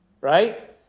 Right